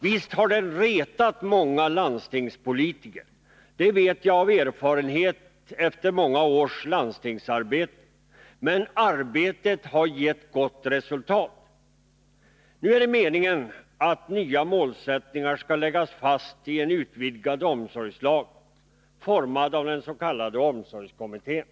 Visst har den retat många landstingspolitiker — det vet jag av erfarenhet efter många års landstingsarbete — men arbetet har givit gott resultat. Nu är det meningen att nya målsättningar skall läggas fast i en utvidgad omsorgslag, formad av den s.k. omsorgskommittén.